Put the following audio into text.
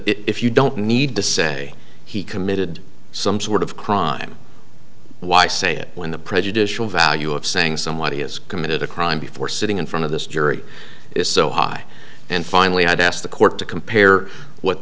if you don't need to say he committed some sort of crime why say it when the prejudicial value of saying somebody has committed a crime before sitting in front of this jury is so high and finally i'd ask the court to compare what